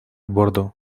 bordo